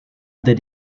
the